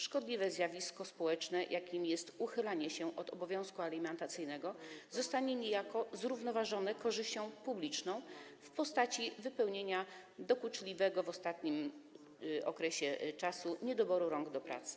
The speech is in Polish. Szkodliwe zjawisko społeczne, jakim jest uchylanie się od obowiązku alimentacyjnego, zostanie niejako zrównoważone korzyścią publiczną w postaci wypełnienia, uzupełnienia dokuczliwego w ostatnim okresie niedoboru rąk do pracy.